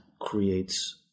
creates